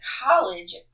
college